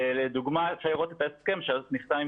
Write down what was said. לדוגמה אפשר לראות את ההסכם שנעשה עם